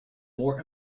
more